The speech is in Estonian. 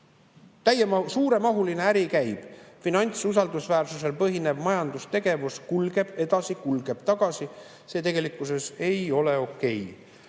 Suuremahuline äri käib, finantsusaldusväärsusel põhinev majandustegevus kulgeb edasi, kulgeb tagasi. See tegelikkuses ei ole okei.